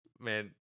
Man